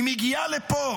היא מגיעה לפה